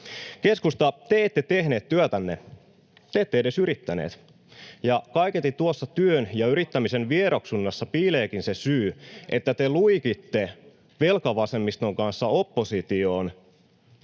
Keskusta, te ette tehneet työtänne, te ette edes yrittäneet, ja kaiketi tuossa työn ja yrittämisen vieroksunnassa piileekin se syy, että te luikitte velkavasemmiston kanssa oppositioon.